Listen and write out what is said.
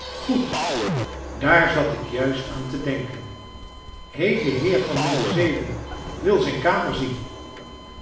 goed daar zat ik juist aan te denken ee de heer van nu wil zijn kamer zien